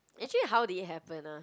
actually how did it happen ah